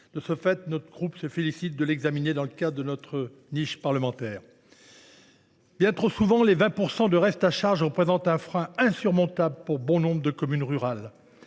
De ce fait, notre groupe se félicite d’examiner ce texte dans le cadre de notre niche parlementaire. Bien trop souvent, les 20 % de reste à charge représentent un frein insurmontable pour bon nombre de communes rurales.